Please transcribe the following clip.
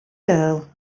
girl